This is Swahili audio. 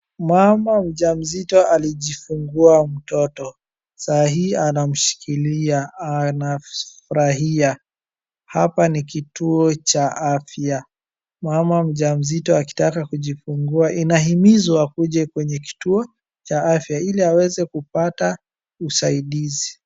Mamamjamzito alijifungua mtoto. Sahii anamshikilia, anafurahia. Hapa ni kituo cha afya. Mama mjamzito akitaka kujifungua inahimizwa akuje kwenye kituo cha afya ili aweze kupata usaidizi.